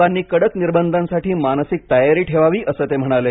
लोकांनी कडक निर्बंधांसाठी मानसिक तयारी ठेवावी असं ते म्हणाले